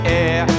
air